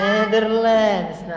Netherlands